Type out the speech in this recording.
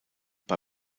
bei